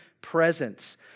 presence